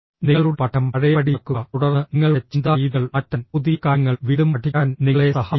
നിങ്ങളുടെ പഠനം പഴയപടിയാക്കുക തുടർന്ന് നിങ്ങളുടെ ചിന്താ രീതികൾ മാറ്റാൻ പുതിയ കാര്യങ്ങൾ വീണ്ടും പഠിക്കാൻ നിങ്ങളെ സഹായിക്കുക